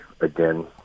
again